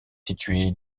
situé